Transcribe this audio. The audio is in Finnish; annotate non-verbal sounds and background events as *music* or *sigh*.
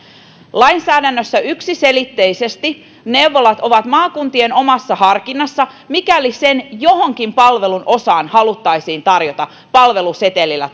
lainsäädännössä yksiselitteisesti neuvolat ovat maakuntien omassa harkinnassa mikäli sen johonkin palvelun osaan haluttaisiin tarjota palvelusetelillä *unintelligible*